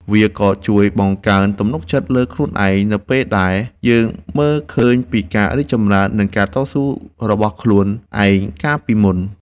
វាក៏ជួយបង្កើនទំនុកចិត្តលើខ្លួនឯង នៅពេលដែលយើងមើលឃើញពីការរីកចម្រើន និងការតស៊ូរបស់ខ្លួនឯងកាលពីមុន។